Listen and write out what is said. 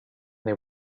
they